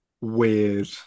weird